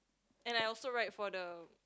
and I also write for the